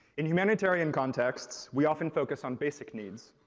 in humanitarian contexts, we often focus on basic needs,